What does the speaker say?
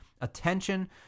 Attention